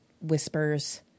whispers